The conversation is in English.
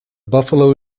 buffalo